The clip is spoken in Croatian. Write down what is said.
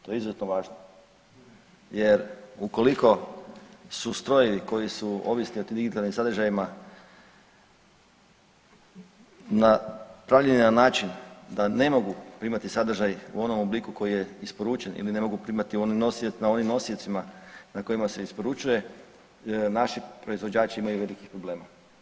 To je izuzetno važno jer ukoliko su strojevi koji su ovisni o tim digitalnim sadržajima napravljeni na način da ne mogu primati sadržaj u onom obliku koji je isporučen ili ne mogu primati na onim nosiocima na kojima se isporučuje, naši proizvođači imaju velikih problema.